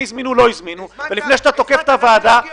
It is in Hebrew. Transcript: הזמינו או לא הזמינו ולפני שאתה תוקף את הוועדה,